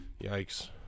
Yikes